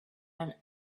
and